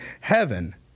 heaven